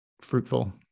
fruitful